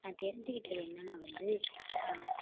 நான் தெரிஞ்சிக்கிட்டது என்னென்னால் வந்து